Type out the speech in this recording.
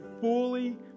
fully